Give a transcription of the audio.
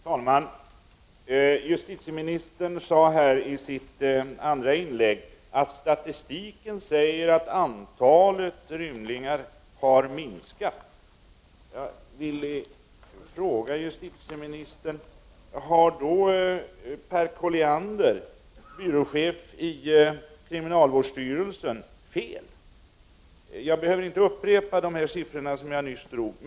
Herr talman! Justitieministern sade i sitt andra inlägg att statistiken säger att antalet rymningar har minskat. Jag vill fråga justitieministern: Har Per Colliander, byråchef i kriminalvårdsstyrelsen, fel? Jag tänker inte upprepa de siffror som jag tidigare redovisade.